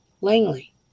Langley